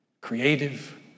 Creative